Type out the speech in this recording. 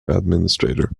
administrator